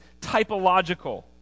typological